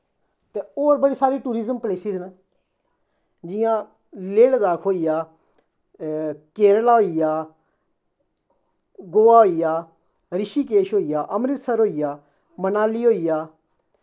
ते होर बड़ी सारी टूरिज़म प्लेसिस न जियां लेह् लद्दाख होई गेआ केरला होई गेआ गोवा होई गेआ रिशिकेश होई गेआ अमरितसर होई गेआ मनाली होई गेआ